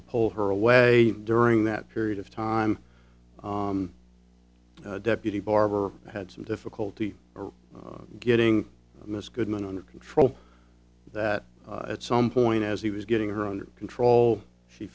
to pull her away during that period of time deputy barber had some difficulty or getting miss goodman under control that at some point as he was getting her under control she